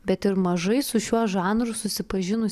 bet ir mažai su šiuo žanru susipažinus